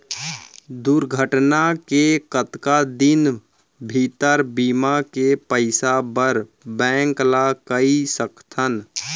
दुर्घटना के कतका दिन भीतर बीमा के पइसा बर बैंक ल कई सकथन?